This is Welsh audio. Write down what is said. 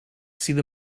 sydd